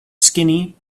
skinny